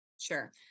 Sure